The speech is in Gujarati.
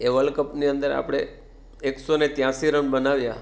એ વલ્ડકપની અંદર આપણર એકસોને ત્યાસી રન બનાવ્યા